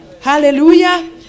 hallelujah